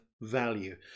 value